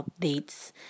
updates